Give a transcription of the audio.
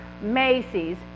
Macy's